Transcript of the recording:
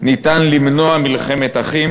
ניתן למנוע מלחמת אחים,